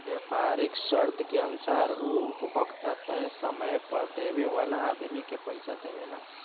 व्यापारीक शर्त के अनुसार उ उपभोक्ता तय समय पर देवे वाला आदमी के पइसा देवेला